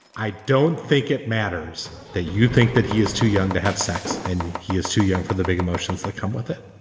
i don't think it matters that you think that he is too young to have sex and he is too young for the big emotions that come with it.